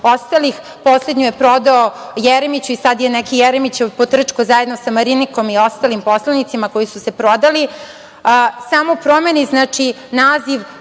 ostalih, poslednju je prodao Jeremiću i sada je neki Jeremićev potrčko zajedno sa Marinikom i ostalim poslanicima koji su se prodali. Samo promeni naziv